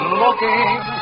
looking